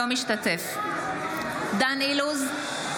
אינו משתתף בהצבעה דן אילוז,